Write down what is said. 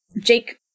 Jake